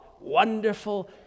Wonderful